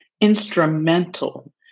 instrumental